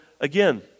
again